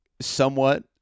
somewhat